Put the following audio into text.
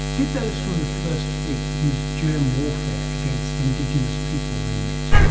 did those from the first fleet use germ warfare against indigenous people they met?